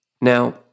Now